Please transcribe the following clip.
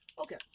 Okay